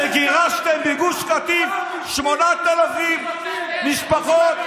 כשגירשתם מגוש קטיף 8,000 משפחות,